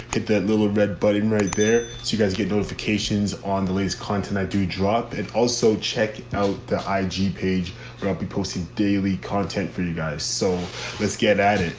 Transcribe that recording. that little red button right there. so you guys get notifications on the latest content. i do drop. and also check out the ige page where i'll be posting daily content for you guys. so let's get at